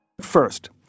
First